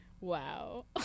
wow